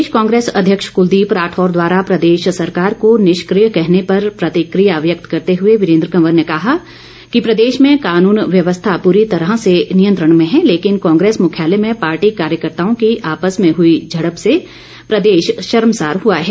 प्रदेश कांग्रेस अध्यक्ष क्लदीप राठौर द्वारा प्रदेश सरकार को निष्क्रिय कहने पर प्रतिक्रिया व्यक्त करते हुए वीरेन्द्र कवर ने कहा कि प्रदेश में कानून व्यवस्था पूरी तरह से नियंत्रण में है लेकिन कांग्रेस मुख्यालय में पार्टी कार्यकर्ताओं की आपस में हुई झड़प से प्रदेश शर्मसार हुआ है